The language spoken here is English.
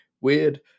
weird